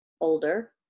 Older